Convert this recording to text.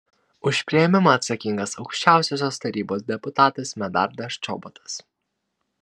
už priėmimą atsakingas aukščiausiosios tarybos deputatas medardas čobotas